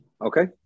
Okay